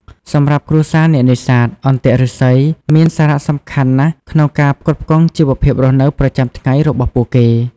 សម្រាប់គ្រួសារអ្នកនេសាទ អន្ទាក់ឫស្សីមានសារៈសំខាន់ណាស់ក្នុងការផ្គត់ផ្គង់ជីវភាពរស់នៅប្រចាំថ្ងៃរបស់ពួកគេ។